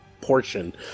portion